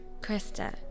Krista